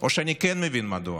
או שאני כן מבין מדוע,